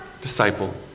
disciple